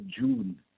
June